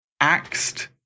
axed